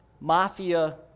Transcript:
mafia